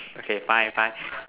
okay fine fine